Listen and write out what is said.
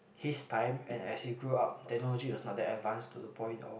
his time and as we grew up technology was not that advanced to the point of